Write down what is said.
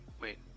Wait